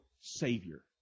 Savior